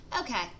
Okay